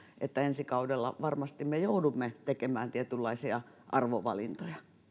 että ensi kaudella varmasti me joudumme tekemään tietynlaisia arvovalintoja